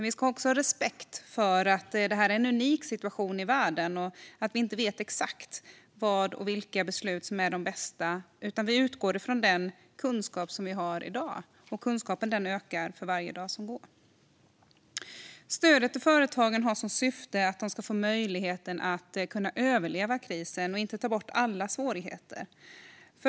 Vi ska dock ha respekt för att detta är en unik situation i världen och för att vi inte vet exakt vilka beslut som är de bästa, utan vi utgår från den kunskap vi har i dag. Kunskapen ökar för varje dag som går. Stödet till företagen har som syfte att företagen ska få möjlighet att överleva krisen - inte att ta bort alla svårigheter.